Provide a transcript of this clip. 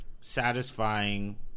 Satisfying